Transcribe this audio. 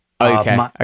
Okay